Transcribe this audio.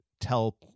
tell